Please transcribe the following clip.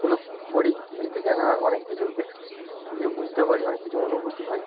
এগুলো পড়ি এর থেকে অনেক কিছু বুঝতে পারি অনেক কিছু অনুভুতি হয়